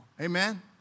Amen